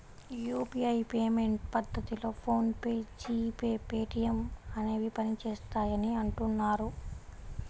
UPI payment పద్ధతిలో PhonePe, GPay, Paytm అనేవి పనిచేస్తాయని అంటున్నారు